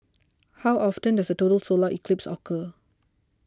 how often does a total solar eclipse occur